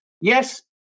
Yes